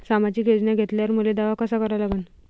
सामाजिक योजना घेतल्यावर मले दावा कसा करा लागन?